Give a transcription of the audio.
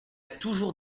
toujours